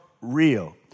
real